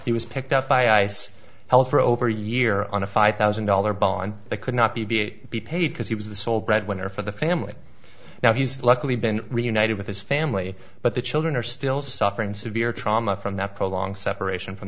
he was picked up by ice held for over a year on a five thousand dollar bond that could not be be eight be paid because he was the sole breadwinner for the family now he's luckily been reunited with his family but the children are still suffering severe trauma from that prolonging separation from